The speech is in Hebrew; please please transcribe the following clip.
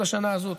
עוד השנה הזאת.